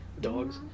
dogs